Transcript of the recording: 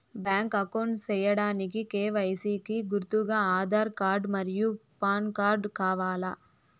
Bank account సేయడానికి KYC కి గుర్తుగా ఆధార్ కార్డ్ మరియు పాన్ కార్డ్ కావాలా?